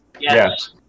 yes